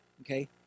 Okay